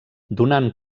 donant